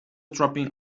dropping